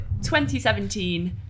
2017